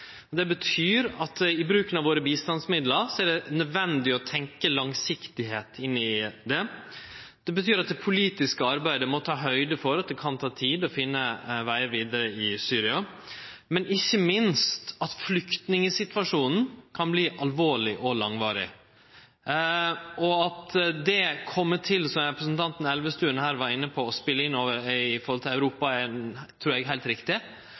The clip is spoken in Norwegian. Det betyr at i bruken av bistandsmidlane våre er det nødvendig å tenkje langsiktig. Det betyr at ein i det politiske arbeidet må ta høgde for at det kan ta tid å finne vegar vidare i Syria, men ikkje minst for at flyktningsituasjonen kan verte alvorleg og langvarig. At det kjem til, som representanten Elvestuen her var inne på, å spele inn i forhold til Europa, trur eg er heilt riktig.